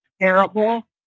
terrible